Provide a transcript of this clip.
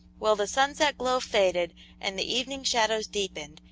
while the sunset glow faded and the evening shadows deepened,